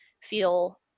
feel